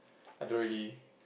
I don't really